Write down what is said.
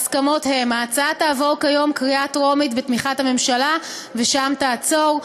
ההסכמות הן: ההצעה תעבור היום בקריאה טרומית בתמיכת הממשלה ושם תעצור,